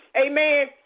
Amen